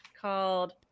called